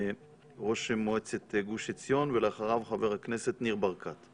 ראש מועצת גוש עציון ולאחריו חבר הכנסת ניר ברקת.